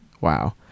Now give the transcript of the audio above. Wow